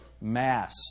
mass